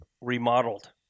remodeled